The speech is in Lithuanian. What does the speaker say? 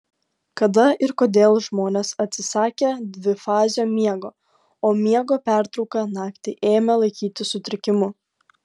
kada ir kodėl žmonės atsisakė dvifazio miego o miego pertrauką naktį ėmė laikyti sutrikimu